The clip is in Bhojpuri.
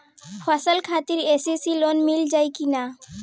फसल खातिर के.सी.सी लोना मील जाई किना?